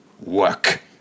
work